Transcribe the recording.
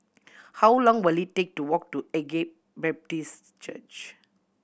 how long will it take to walk to Agape Baptist Church